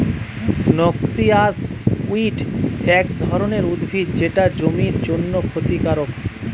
noxious weed এক ধরণের উদ্ভিদ যেটা জমির জন্যে ক্ষতিকারক